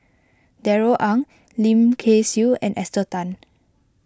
Darrell Ang Lim Kay Siu and Esther Tan